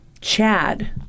Chad